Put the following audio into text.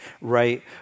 right